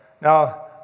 Now